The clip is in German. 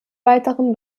weiteren